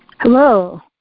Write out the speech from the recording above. Hello